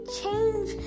change